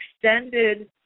extended